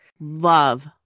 Love